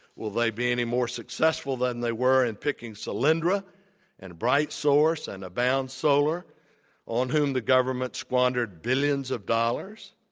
will they be any more successful than they were in picking solindra and bright source and abound solar on whom the government squandered billions of dollars?